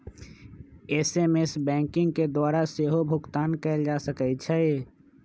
SMS banking के द्वारा सेहो भुगतान कएल जा सकै छै